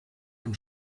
dem